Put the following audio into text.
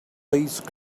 please